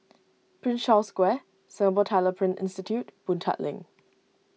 Prince Charles Square Singapore Tyler Print Institute Boon Tat Link